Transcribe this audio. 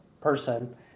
person